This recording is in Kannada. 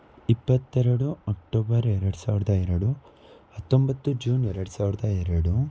ಇಪ್ಪತ್ತೆರಡು ಅಕ್ಟೋಬರ್ ಎರಡು ಸಾವಿರದ ಎರಡು ಹತ್ತೊಂಬತ್ತು ಜೂನ್ ಎರಡು ಸಾವಿರದ ಎರಡು